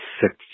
six